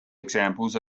examples